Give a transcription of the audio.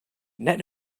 net